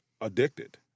addicted